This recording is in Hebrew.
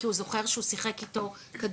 כי הוא זוכר שהוא שיחק אתו כדורגל